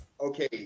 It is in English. okay